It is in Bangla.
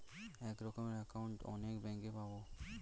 এক রকমের একাউন্ট অনেক ব্যাঙ্কে পাবো